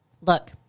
look